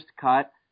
cut